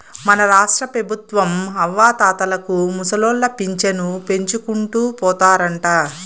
మన రాష్ట్రపెబుత్వం అవ్వాతాతలకు ముసలోళ్ల పింఛను పెంచుకుంటూ పోతారంట